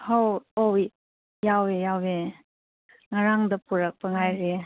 ꯍꯥꯎ ꯌꯥꯎꯋꯦ ꯌꯥꯎꯋꯦ ꯉꯔꯥꯡꯗ ꯄꯨꯔꯛꯄ ꯉꯥꯏꯔꯤꯌꯦ